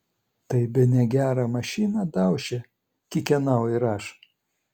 tai bene gerą mašiną dauši kikenau ir aš